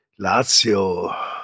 Lazio